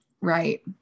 Right